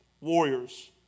Warriors